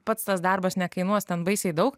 pats tas darbas nekainuos ten baisiai daug